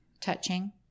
touching